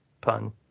pun